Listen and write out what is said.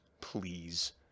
please